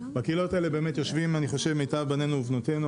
בקהילות האלה יושבים מיטב בנינו ובנותינו,